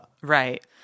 Right